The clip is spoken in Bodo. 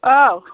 औ